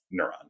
neuron